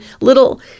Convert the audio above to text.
little